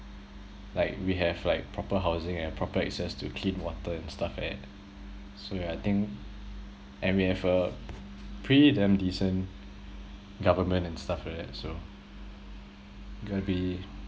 like we have like proper housing and proper access to clean water and stuff like that so yeah I think and we have a pretty damn decent government and stuff like that so got to be